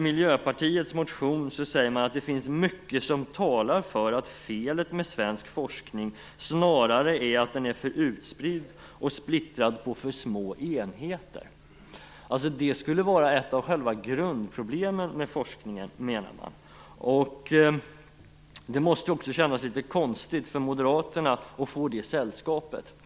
Miljöpartiet säger i sin motion att det finns mycket som talar för att felet med svensk forskning snarare är att den är för utspridd, att den är splittrad på för små enheter. Man menar alltså att detta skulle vara ett av själva grundproblemen med forskningen. Det måste kännas litet konstigt för Moderaterna att få det sällskapet.